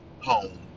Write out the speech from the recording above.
Home